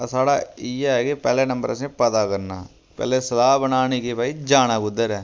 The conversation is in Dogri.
साढ़ा इयै ऐ के पैह्लै नंबर असें पता करना पैह्लें सलाह् बनानी कि भाई जाना कुद्धर ऐ